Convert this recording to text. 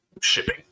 shipping